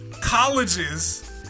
colleges